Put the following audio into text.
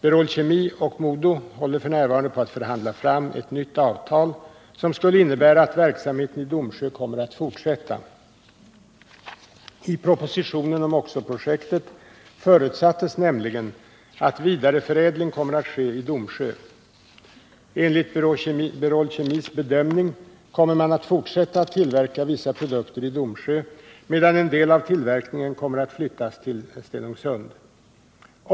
Berol Kemi och MoDo håller f. n. på att förhandla fram ett nytt avtal som skulle innebära att verksamheten i Domsjö kommer att fortsätta. I propositionen om oxo-projektet förutsattes nämligen att vidareförädling kommer att ske i Domsjö. Enligt Berol Kemis bedömning kommer man att fortsätta att tillverka vissa produkter i Domsjö medan en del av tillverkningen kommer att flyttas till Stenungsund.